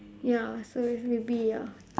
ya so maybe ya